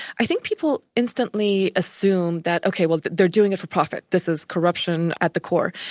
i think people instantly assume that, ok, well, they're doing it for profit. this is corruption at the core.